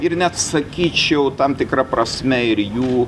ir net sakyčiau tam tikra prasme ir jų